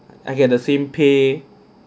I get the same pay